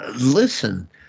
Listen